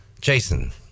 Jason